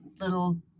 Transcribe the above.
little